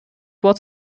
wort